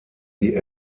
die